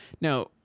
Now